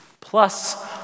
plus